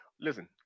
listen